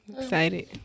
excited